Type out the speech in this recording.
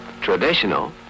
Traditional